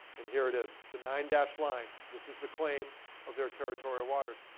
and here it is, the nine dashed line. this is the claim of their territory waters.